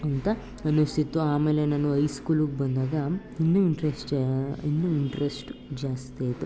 ಅಂತ ಅನ್ನಿಸ್ತಿತ್ತು ಆಮೇಲೆ ನಾನು ಐಸ್ಕೂಲಗೆ ಬಂದಾಗ ಇನ್ನು ಇಂಟ್ರಶ್ಟಾ ಇನ್ನು ಇಂಟ್ರಶ್ಟ್ ಜಾಸ್ತಿ ಆಯಿತು